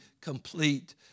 complete